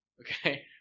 okay